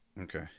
okay